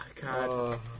God